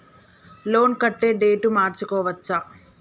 Loan కట్టే date మార్చుకోవచ్చా?